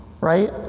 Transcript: right